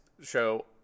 show